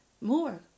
more